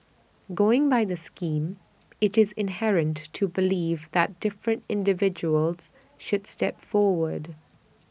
going by the scheme IT is inherent to believe that different individuals should step forward